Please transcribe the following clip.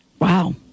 Wow